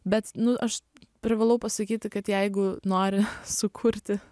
bet nu aš privalau pasakyti kad jeigu nori sukurti